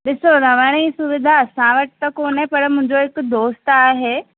डि॒सो रहण जी सुविधा असां वटि त कोन्हे पर मुंहिंजो हिकु दोस्त आहे